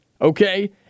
Okay